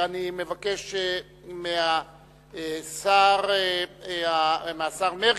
אני מבקש מהשר מרגי,